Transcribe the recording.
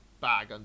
bag